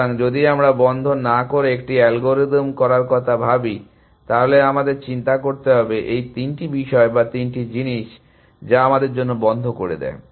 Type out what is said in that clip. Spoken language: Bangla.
সুতরাং যদি আমরা বন্ধ না করে একটি অ্যালগরিদম করার কথা ভাবি তাহলে আমাদের চিন্তা করতে হবে এই তিনটি বিষয় বা এই তিনটি জিনিস যা আমাদের জন্য বন্ধ করে দেয়